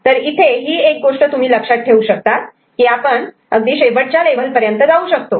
तर इथे ही एक गोष्ट तुम्ही लक्षात ठेवू शकतात की आपण शेवटच्या लेव्हल पर्यंत जाऊ शकतो